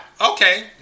Okay